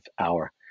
hour